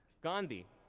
gandhi,